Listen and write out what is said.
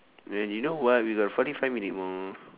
man you know what we got forty five minute more